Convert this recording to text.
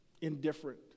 indifferent